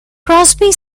crosby